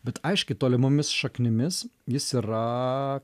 bet aiškiai tolimomis šaknimis jis yra